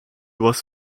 was